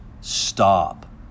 stop